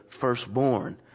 firstborn